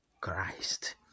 Christ